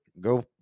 Go